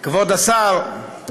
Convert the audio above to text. כבוד השר,